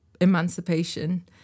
emancipation